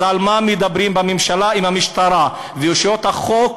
אז על מה מדברים בממשלה אם המשטרה ורשויות החוק